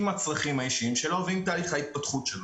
עם הצרכים האישיים שלו ועם תהליך ההתפתחות שלו.